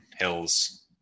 hills